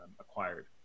acquired